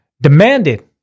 Demanded